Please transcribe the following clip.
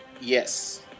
Yes